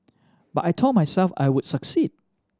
but I told myself I would succeed